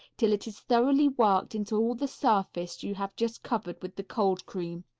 till it is thoroughly worked into all the surface you have just covered with the cold cream.